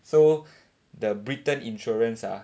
so the britain insurance ah